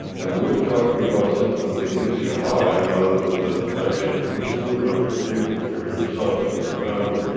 and we're talking about something that gets you high rather than actually puts food on your table for yourself and your family.